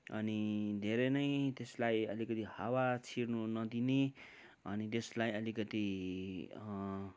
अनि धेरै नै त्यसलाई अलिकति हावा छिर्नु नदिने अनि त्यसलाई अलिकति